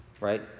right